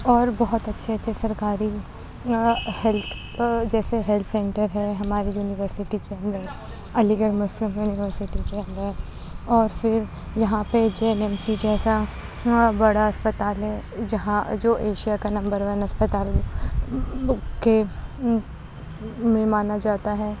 اور بہت اچھے اچھے سرکاری ہیلتھ جیسے ہیلتھ سینٹر ہیں ہماری یونیورسٹی کے اندر علی گڑھ مسلم یونیورسٹی کے اندر اور پھر یہاں پہ جین ایم سی جیسا بڑا اسپتال ہے جہاں جو ایشیا کا نمبر ون اسپتال کے میں مانا جاتا ہے